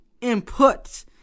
input